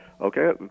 Okay